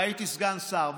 והייתי סגן שר,